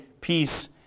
peace